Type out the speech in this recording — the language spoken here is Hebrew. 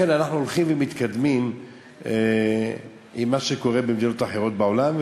אנחנו הולכים ומתקדמים למה שקורה במדינות אחרות בעולם.